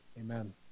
amen